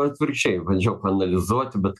atvirkščiai bandžiau paanalizuoti bet